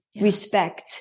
respect